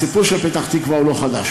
הסיפור של פתח-תקווה הוא לא חדש.